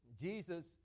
Jesus